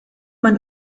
man